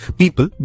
people